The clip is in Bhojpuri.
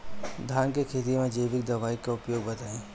धान के खेती में जैविक दवाई के उपयोग बताइए?